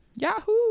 Yahoo